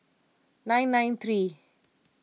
nine nine three